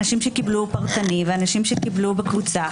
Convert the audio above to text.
אנשים שקיבלו פרטני ואנשים שקיבלו בקבוצה,